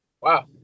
Wow